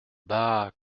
bah